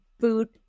food